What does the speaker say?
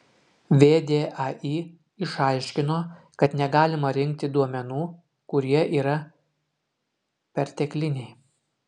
vdai išaiškino kad negalima rinkti duomenų kurie yra pertekliniai